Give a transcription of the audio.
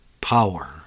power